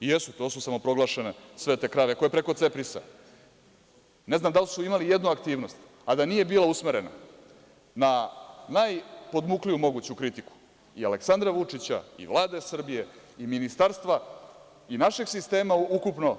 Jesu, to su samoproglašene svete krave koje preko CEPRISA, ne znam da li su imale jednu aktivnost, a da nije bila usmerena na najpodmukliju moguću kritiku i Aleksandra Vučića i Vlade Srbije i ministarstva, i našeg sistema ukupno.